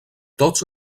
tots